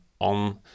on